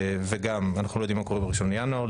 ולהגיד שאנחנו לא יודעים מה קורה ב-1 בינואר.